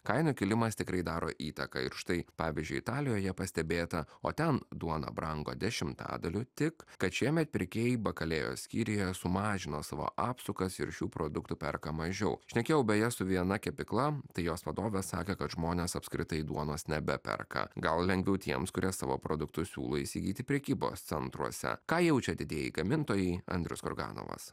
kainų kilimas tikrai daro įtaką ir štai pavyzdžiui italijoje pastebėta o ten duona brango dešimtadaliu tik kad šiemet pirkėjai bakalėjos skyriuje sumažino savo apsukas ir šių produktų perka mažiau šnekėjau beje su viena kepykla tai jos vadovas sako kad žmonės apskritai duonos nebeperka gal lengviau tiems kurie savo produktus siūlo įsigyti prekybos centruose ką jaučia didieji gamintojai andrius kurganovas